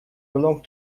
belong